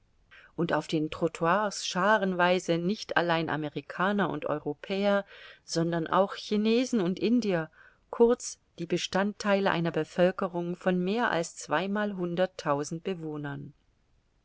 und auf den trottoirs scharenweise nicht allein amerikaner und europäer sondern auch chinesen und indier kurz die bestandtheile einer bevölkerung von mehr als zweimalhunderttausend bewohnern